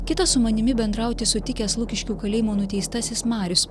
kitas su manimi bendrauti sutikęs lukiškių kalėjimo nuteistasis marius